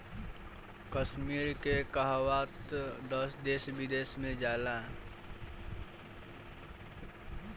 कश्मीर के कहवा तअ देश विदेश में जाला